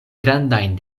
grandajn